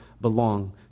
belong